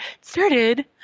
started